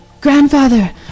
Grandfather